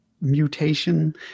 mutation